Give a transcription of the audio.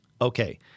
Okay